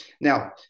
Now